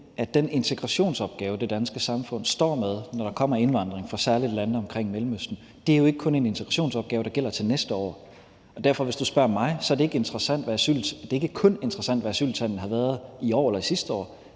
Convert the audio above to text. at den integrationsopgave, det danske samfund står med, når der kommer indvandring fra særlig lande omkring Mellemøsten, jo ikke kun er en integrationsopgave, der gælder til næste år. Og hvis du spørger mig, er det derfor ikke kun interessant, hvad asyltallene har været i år eller sidste år.